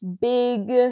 big